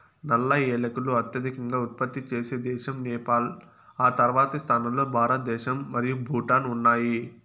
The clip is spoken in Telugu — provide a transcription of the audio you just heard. నల్ల ఏలకులు అత్యధికంగా ఉత్పత్తి చేసే దేశం నేపాల్, ఆ తర్వాతి స్థానాల్లో భారతదేశం మరియు భూటాన్ ఉన్నాయి